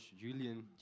Julian